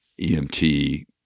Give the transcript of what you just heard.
EMT